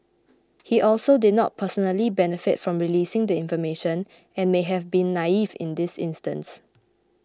he also did not personally benefit from releasing the information and may have been naive in this instance